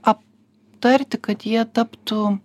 aptarti kad jie taptų